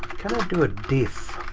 can i do a diff?